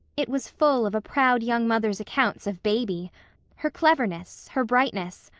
it was full of a proud young mother's accounts of baby her cleverness, her brightness,